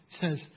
says